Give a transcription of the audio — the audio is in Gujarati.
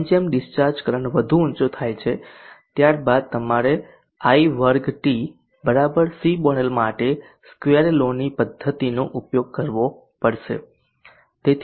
જેમ જેમ ડિસ્ચાર્જ કરંટ વધુ ઊંચો થાય છે ત્યારબાદ તમારે i2t C મોડેલ માટે સ્ક્વેર લોની પદ્ધતિનો ઉપયોગ કરવો પડશે